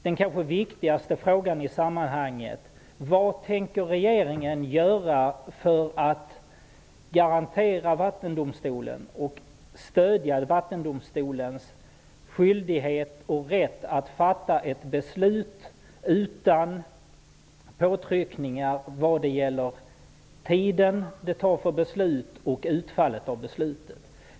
Den kanske viktigaste frågan i sammanhanget är: Vad tänker regeringen göra för att garantera och stödja Vattendomstolen i dess skyldighet och rätt att fatta beslut utan påtryckningar vad gäller den tid det tar att nå beslut och beträffande utfallet av beslutet?